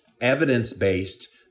evidence-based